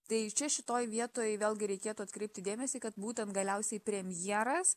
tai čia šitoj vietoj vėlgi reikėtų atkreipti dėmesį kad būtent galiausiai premjeras